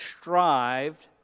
strived